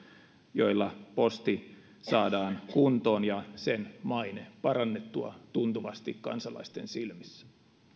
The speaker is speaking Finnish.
joilla posti saadaan kuntoon ja sen mainetta parannettua tuntuvasti kansalaisten silmissä